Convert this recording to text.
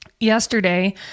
Yesterday